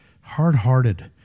hard-hearted